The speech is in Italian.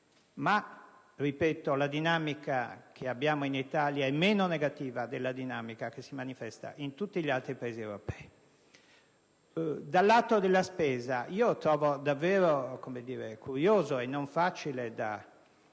Ma - ripeto - la dinamica in Italia è meno negativa di quella che si manifesta in tutti gli altri Paesi europei. Dal lato della spesa trovo davvero curioso e non facile da